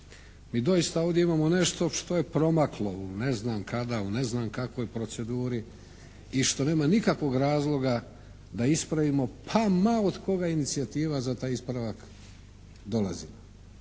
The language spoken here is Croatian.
Mi doista imamo ovdje nešto što je promaklo u ne znam kada, u ne znam kakvoj proceduri i što nema nikakvog razloga da ispravimo pa ma od koga inicijativa za taj ispravak dolazila.